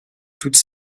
toutes